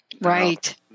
right